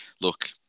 Look